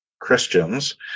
Christians